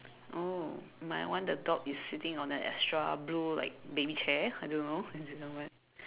oh my one the dog is sitting on the extra blue like baby chair I don't know I don't know what